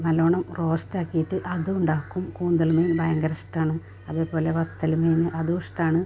നല്ലവണ്ണം റോസ്റ്റാക്കിയിട്ട് അതുമുണ്ടാക്കും കൂന്തൾ മീൻ ഭയങ്കര ഇഷ്ടമാണ് അതേപോലെ വത്തൽ മീൻ അതുമിഷ്ടമാണ്